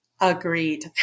Agreed